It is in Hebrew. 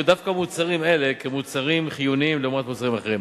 דווקא מוצרים אלה כמוצרים חיוניים לעומת מוצרים אחרים.